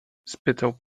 spytał